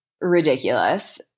ridiculous